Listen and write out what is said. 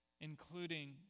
including